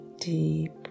deep